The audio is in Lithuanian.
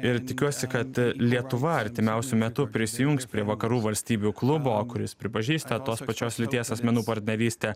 ir tikiuosi kad lietuva artimiausiu metu prisijungs prie vakarų valstybių klubo kuris pripažįsta tos pačios lyties asmenų partnerystę